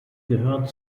gehört